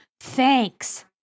thanks